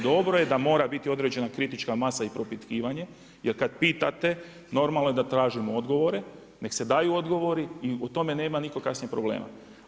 Dobro je da mora biti određena kritična masa i propitkivanje, jer kad pitate, normalno je da tražimo odgovore, nek se daju odgovori i u tome nema nitko kasnije problema.